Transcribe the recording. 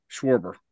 Schwarber